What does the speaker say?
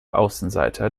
außenseiter